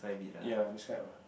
ya describe ah